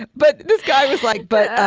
and but this guy was like, but, ah,